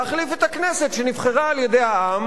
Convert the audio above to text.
להחליף את הכנסת שנבחרה על-ידי העם?